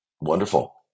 Wonderful